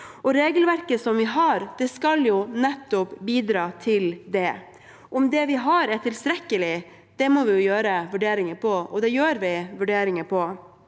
Regelverket vi har, skal bidra til nettopp det. Om det vi har, er tilstrekkelig, må vi gjøre vurderinger av